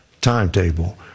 timetable